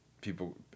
people